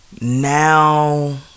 now